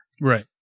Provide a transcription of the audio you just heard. Right